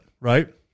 right